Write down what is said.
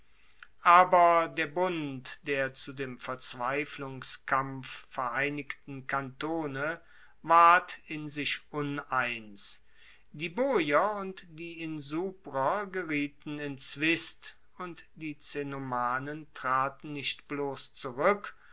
aber der bund der zu dem verzweiflungskampf vereinigten kantone ward in sich uneins die boier und die insubrer gerieten in zwist und die cenomanen traten nicht bloss zurueck